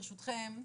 ברשותכם,